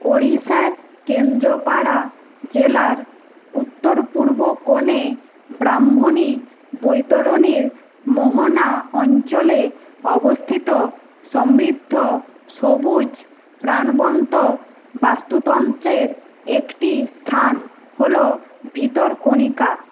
ওড়িশার কেন্দ্রপাড়া জেলার উত্তর পূর্ব কোণে ব্রাহ্মণী বৈতরণীর মোহনা অঞ্চলে অবস্থিত সমৃদ্ধ সবুজ প্রাণবন্ত বাস্তুতন্ত্রের একটি স্থান হলো ভিতরকণিকা